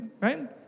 right